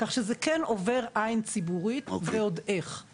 כך שזה כן עובר עין ציבורית ועוד איך.